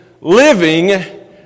living